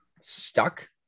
stuck